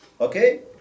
Okay